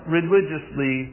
religiously